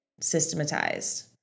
systematized